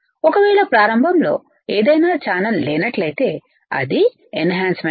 ఒకవేళ ప్రారంభంలో ఏదైనా ఛానల్ లేనట్లయితే అది ఎన్హాన్సమెంట్